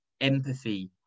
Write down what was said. empathy